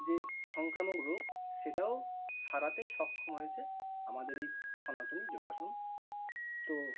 যে সংক্রামক রোগ সেটাও সারাতে সক্ষম হয়েছে আমাদের এই সনাতন যোগাসন তো